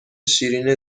شیرین